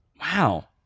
wow